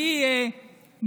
אדוני היושב-ראש,